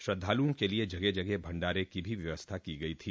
श्रद्धालुओं के लिये जगह जगह भंडारे की भी व्यवस्था की गई थी